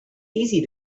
easy